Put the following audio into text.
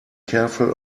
careful